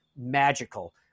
magical